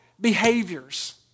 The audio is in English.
behaviors